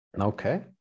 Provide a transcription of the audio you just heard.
okay